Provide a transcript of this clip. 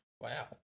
Wow